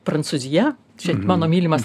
prancūzija čia mano mylimas